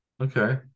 Okay